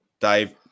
Dave